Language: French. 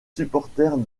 supporters